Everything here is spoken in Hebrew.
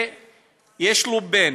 ויש לו בן.